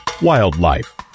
Wildlife